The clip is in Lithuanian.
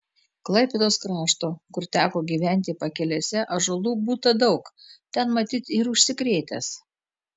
klaipėdos krašto kur teko gyventi pakelėse ąžuolų būta daug ten matyt ir užsikrėtęs